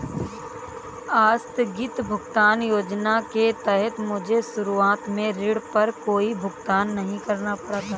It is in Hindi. आस्थगित भुगतान योजना के तहत मुझे शुरुआत में ऋण पर कोई भुगतान नहीं करना पड़ा था